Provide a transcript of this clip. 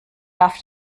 darf